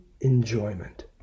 enjoyment